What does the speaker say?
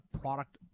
product